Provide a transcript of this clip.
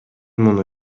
муну